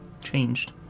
changed